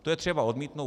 To je třeba odmítnout.